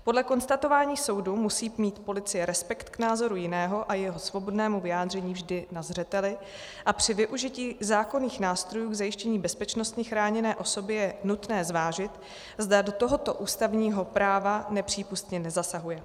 Podle konstatování soudu musí mít policie respekt k názoru jiného a jeho svobodnému vyjádření vždy na zřeteli a při využití zákonných nástrojů k zajištění bezpečnosti chráněné osoby je nutné zvážit, zda do tohoto ústavního práva nepřípustně nezasahuje.